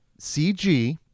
CG